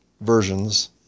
versions